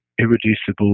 irreducible